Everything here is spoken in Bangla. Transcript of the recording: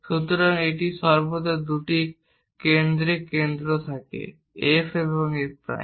সুতরাং এটির সর্বদা দুটি কেন্দ্রিক কেন্দ্র থাকে F এবং F প্রাইম